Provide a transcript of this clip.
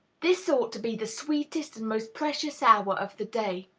this ought to be the sweetest and most precious hour of the day.